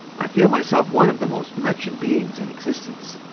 i feel myself one of the most wretched beings in existence.